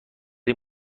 این